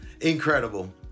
Incredible